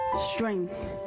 strength